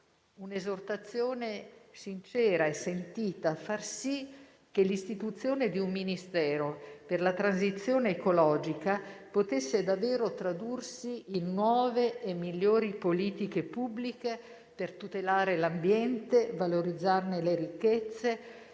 un'esortazione sincera e sentita a far sì che l'istituzione di un Ministero per la transizione ecologica potesse davvero tradursi in nuove e migliori politiche pubbliche per tutelare l'ambiente, valorizzarne le ricchezze,